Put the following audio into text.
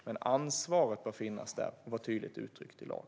Men ansvaret bör finnas där och vara tydligt uttryckt i lag.